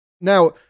Now